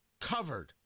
covered